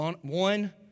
One